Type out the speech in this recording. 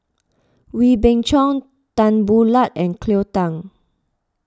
Wee Beng Chong Tan Boo Liat and Cleo Thang